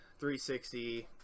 360